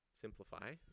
simplify